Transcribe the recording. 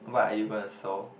what are you gonna sew